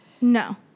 No